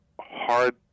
hard